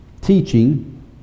teaching